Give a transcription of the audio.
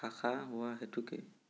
ভাষা হোৱা হেতুকে